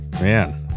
Man